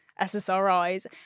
SSRIs